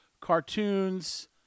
cartoons